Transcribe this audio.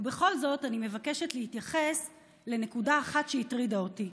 ובכל זאת אני מבקשת להתייחס לנקודה אחת שהטרידה אותי.